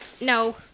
No